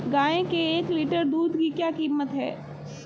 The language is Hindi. गाय के एक लीटर दूध की क्या कीमत है?